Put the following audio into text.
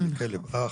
זה כלב אח,